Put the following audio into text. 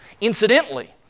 Incidentally